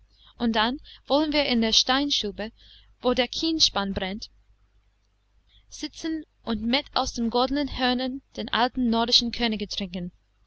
und dann wollen wir in der steinstube wo der kienspan brennt sitzen und met aus den goldenen hörnern der alten nordischen könige trinken